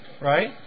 right